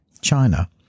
China